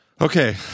Okay